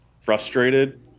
frustrated